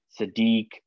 Sadiq